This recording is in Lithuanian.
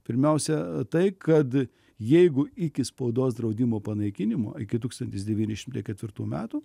pirmiausia tai kad jeigu iki spaudos draudimo panaikinimo iki tūkstantis devyni šimtai ketvirtų metų